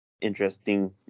interesting